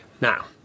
Now